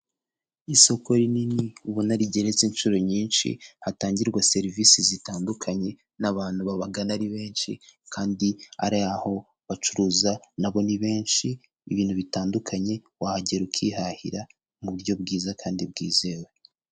Isoko rinini ubona rigeretse inshuro nyinshi, hatangirwa serivisi zitandukanye n'abantu babagana ari benshi kandi ari aho bacuruza nabo ni benshi, ibintu bitandukanye, wahagera ukihahira mu buryo bwiza kandi bwizewe.